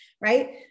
right